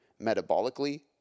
Metabolically